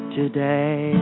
today